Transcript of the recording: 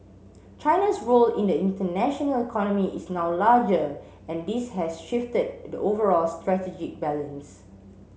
China's role in the international economy is now larger and this has shifted the overall strategic balance